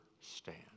stand